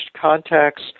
contacts